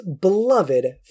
beloved